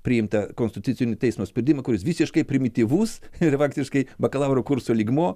priimtą konstitucinio teismo sprendimą kuris visiškai primityvus ir faktiškai bakalauro kurso lygmuo